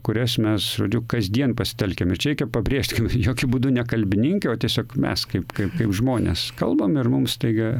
kurias mes kasdien pasitelkiam ir čia reikia pabrėžt kad jokiu būdu ne kalbininkai o tiesiog mes kaip kaip kaip žmonės kalbame ir mums staiga